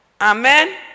Amen